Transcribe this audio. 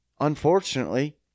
unfortunately